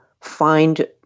find